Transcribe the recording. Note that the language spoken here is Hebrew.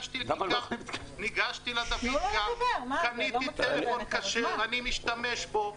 ניגשתי לדוידקה, קניתי טלפון כשר, אני משתמש בו.